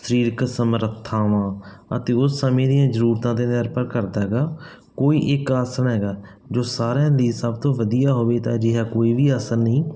ਸਰੀਰਕ ਸਮਰਥਾਵਾਂ ਅਤੇ ਉਸ ਸਮੇਂ ਦੀਆਂ ਜ਼ਰੂਰਤਾਂ 'ਤੇ ਨਿਰਭਰ ਕਰਦਾ ਹੈਗਾ ਕੋਈ ਇੱਕ ਆਸਣ ਹੈਗਾ ਜੋ ਸਾਰਿਆਂ ਦੀ ਸਭ ਤੋਂ ਵਧੀਆ ਹੋਵੇ ਤਾਂ ਅਜਿਹਾ ਕੋਈ ਵੀ ਆਸਣ ਨਹੀਂ